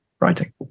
writing